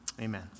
Amen